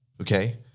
okay